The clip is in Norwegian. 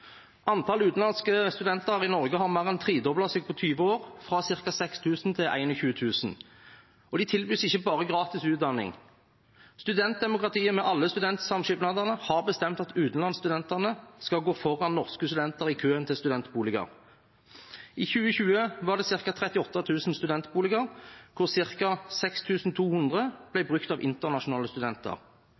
utenlandske studenter i Norge har mer enn tredoblet seg på 20 år, fra ca. 6 000 til 21 000, og de tilbys ikke bare gratis utdanning. Studentdemokratiet med alle studentsamskipnadene har bestemt at utenlandsstudentene skal gå foran norske studenter i køen til studentboliger. I 2020 var det ca. 38 000 studentboliger, der ca. 6 200 ble brukt av internasjonale studenter.